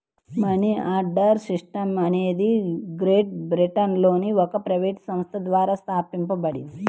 money order system అనేది great బ్రిటన్లోని ఒక ప్రైవేట్ సంస్థ ద్వారా స్థాపించబడింది